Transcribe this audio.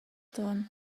tawn